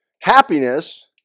Happiness